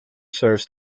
serves